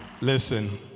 listen